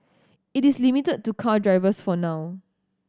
it is limited to car drivers for now